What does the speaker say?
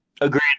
Agreed